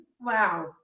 wow